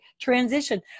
transition